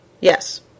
Yes